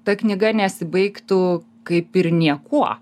ta knyga nesibaigtų kaip ir niekuo